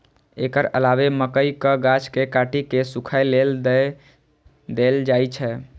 एकर अलावे मकइक गाछ कें काटि कें सूखय लेल दए देल जाइ छै